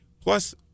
Plus